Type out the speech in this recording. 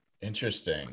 Interesting